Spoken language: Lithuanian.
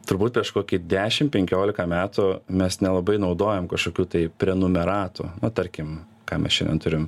turbūt prieš kokį dešim penkiolika metų mes nelabai naudojom kažkokių tai prenumeratų nu tarkim ką mes šiandien turim